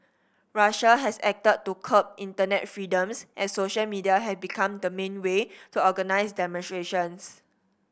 Russia has acted to curb internet freedoms as social media have become the main way to organise demonstrations